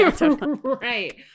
Right